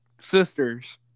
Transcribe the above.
Sisters